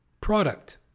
product